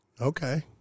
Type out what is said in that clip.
Okay